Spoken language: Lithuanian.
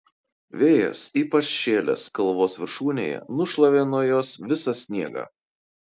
vėjas ypač šėlęs kalvos viršūnėje nušlavė nuo jos visą sniegą